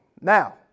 Now